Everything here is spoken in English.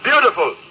Beautiful